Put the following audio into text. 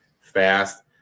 fast